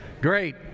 Great